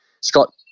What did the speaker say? Scott